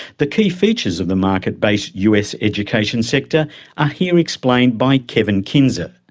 the key features of the market-based us education sector are here explained by kevin kinser.